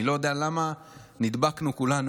אני לא יודע למה כולנו נדבקנו לטבריה,